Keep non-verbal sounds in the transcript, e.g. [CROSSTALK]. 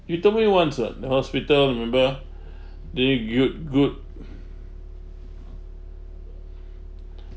you told me once ah the hospital remember [BREATH] there you'd good [BREATH]